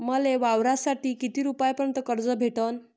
मले वावरासाठी किती रुपयापर्यंत कर्ज भेटन?